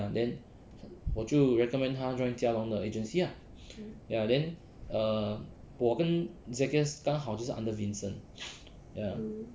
ya then 我就 recommend 他 join jia long 的 agency ah ya then err 我跟 zakirs 刚好就是 under vincent ya